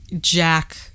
Jack